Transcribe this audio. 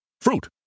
Fruit